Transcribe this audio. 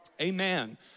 Amen